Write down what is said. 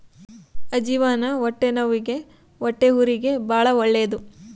ಅಜ್ಜಿವಾನ ಹೊಟ್ಟೆನವ್ವಿಗೆ ಹೊಟ್ಟೆಹುರಿಗೆ ಬಾಳ ಒಳ್ಳೆದು